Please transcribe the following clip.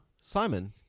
Simon